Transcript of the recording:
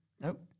Nope